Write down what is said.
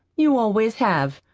you always have,